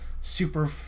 super